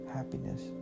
happiness